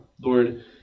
Lord